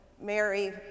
Mary